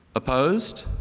opposed?